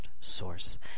source